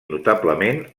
notablement